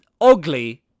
ugly